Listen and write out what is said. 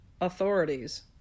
authorities